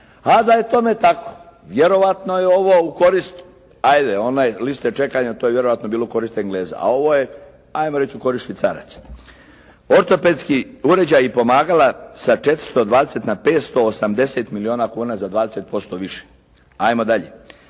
A da je tome tako vjerojatno je ovo u korist, ajde one liste čekanja to je vjerojatno bilo u korist Engleza a ovo je ajmo reći u korist Švicaraca. Ortopedski uređaji i pomagala sa 420 na 580 milijuna kuna, za 20% više. Ajmo dalje.